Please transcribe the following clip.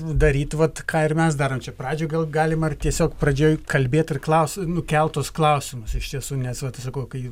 daryt vat ką ir mes darom čia pradžioj gal galima ir tiesiog pradžioj kalbėt ir klaust nu kelt tuos klausimus iš tiesų nes vat sakau kai